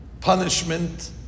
punishment